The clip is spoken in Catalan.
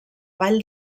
vall